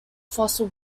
fossil